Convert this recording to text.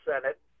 Senate